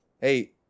Hey